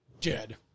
Dead